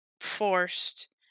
forced